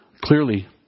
clearly